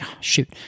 shoot